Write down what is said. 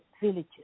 villages